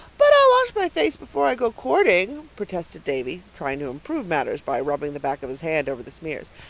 but i'll wash my face before i go courting, protested davy, trying to improve matters by rubbing the back of his hand over the smears.